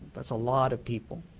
that's a lot of people.